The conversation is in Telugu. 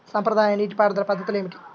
సాంప్రదాయ నీటి పారుదల పద్ధతులు ఏమిటి?